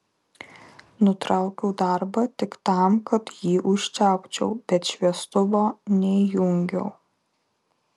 nutraukiau darbą tik tam kad jį užčiaupčiau bet šviestuvo neįjungiau